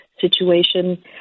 situation